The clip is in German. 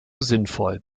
sinnvoll